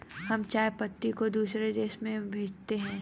हम चाय पत्ती को दूसरे देशों में भेजते हैं